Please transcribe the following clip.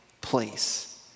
place